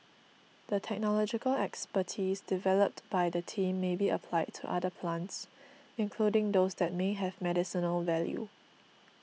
the technological expertise developed by the team may be applied to other plants including those that may have medicinal value